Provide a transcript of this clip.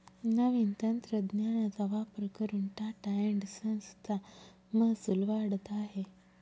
नवीन तंत्रज्ञानाचा वापर करून टाटा एन्ड संस चा महसूल वाढत आहे